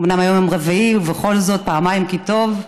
אומנם יום רביעי אבל בכל זאת, פעמיים כי טוב.